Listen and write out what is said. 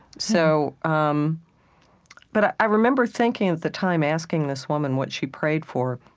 so um but ah i remember thinking, at the time asking this woman what she prayed for.